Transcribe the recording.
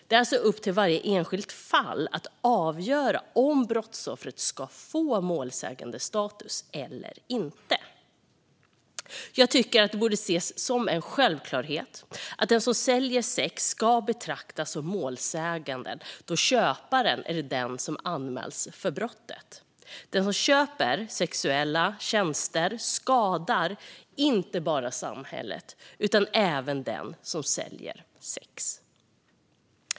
Det avgörs alltså i varje enskilt fall om brottsoffret får målsägandestatus eller inte. Jag tycker att det borde ses som en självklarhet att den som säljer sex ska betraktas som målsägande då köparen är den som anmälts för brottet. Den som köper sexuella tjänster skadar inte bara samhället utan även den som säljer sex.